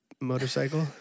motorcycle